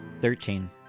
Thirteen